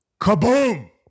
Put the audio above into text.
Kaboom